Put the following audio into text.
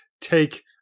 take